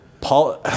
Paul